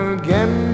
again